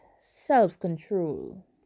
self-control